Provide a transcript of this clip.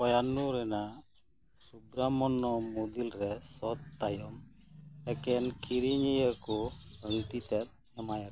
ᱯᱚᱭᱟᱱᱱᱩ ᱨᱮᱱᱟᱜ ᱥᱩᱵᱽᱨᱟᱢᱚᱱᱱᱚ ᱢᱩᱫᱤᱞ ᱨᱮ ᱥᱚᱛ ᱛᱟᱭᱚᱢ ᱮᱠᱷᱮᱱ ᱠᱤᱨᱤᱧᱤᱭᱟᱹ ᱠᱚ ᱟᱹᱝᱴᱤᱛᱮᱫ ᱮᱢᱟᱭᱟᱠᱚ